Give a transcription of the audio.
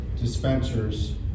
dispensers